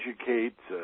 educate